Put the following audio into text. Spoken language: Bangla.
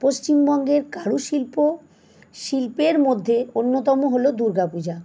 পশ্চিমবঙ্গের কারুশিল্প শিল্পের মধ্যে অন্যতম হল দুর্গা পূজা